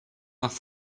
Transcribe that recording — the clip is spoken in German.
nach